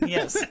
Yes